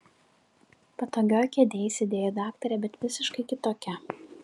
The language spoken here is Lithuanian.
patogioj kėdėj sėdėjo daktarė bet visiškai kitokia